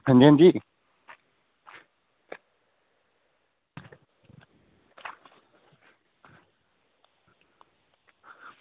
hello अंजी